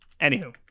anywho